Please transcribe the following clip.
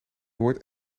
hoort